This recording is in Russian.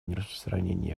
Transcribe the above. нераспространения